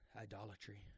Idolatry